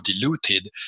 diluted